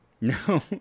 No